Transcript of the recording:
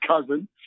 cousin